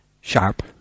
sharp